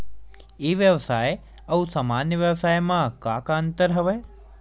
ई व्यवसाय आऊ सामान्य व्यवसाय म का का अंतर हवय?